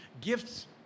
gifts